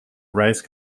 rice